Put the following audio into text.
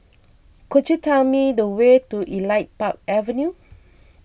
could you tell me the way to Elite Park Avenue